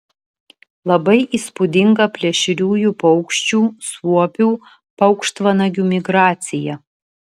labai įspūdinga plėšriųjų paukščių suopių paukštvanagių migracija